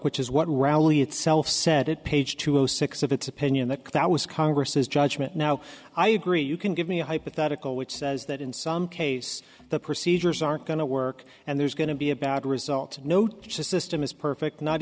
which is what rally itself said it page two hundred six of its opinion that that was congress's judgment now i agree you can give me a hypothetical which says that in some case the procedures aren't going to work and there's going to be a bad result and note the system is perfect not